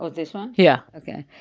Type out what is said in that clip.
ah this one? yeah ok.